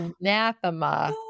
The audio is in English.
anathema